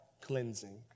cleansing